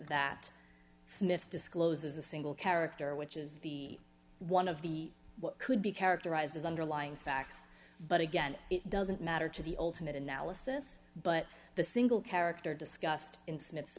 that smith discloses a single character which is the one of the what could be characterized as underlying facts but again it doesn't matter to the ultimate analysis but the single character discussed in